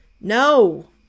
No